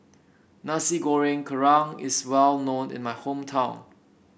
Nasi Goreng Kerang is well known in my hometown